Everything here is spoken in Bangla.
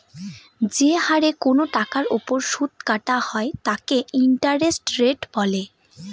যে হারে কোনো টাকার ওপর সুদ কাটা হয় তাকে ইন্টারেস্ট রেট বলে